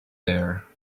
there